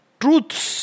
truth's